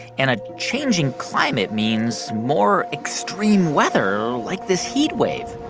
and a changing climate means more extreme weather, like this heat wave